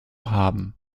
haben